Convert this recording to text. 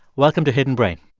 welcome to hidden brain